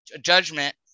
judgment